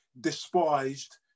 despised